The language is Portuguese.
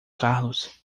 carlos